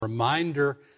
...reminder